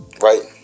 Right